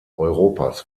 europas